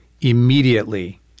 immediately